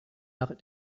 nach